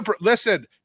Listen